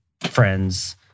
friends